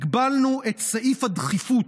הגבלנו את סעיף הדחיפות,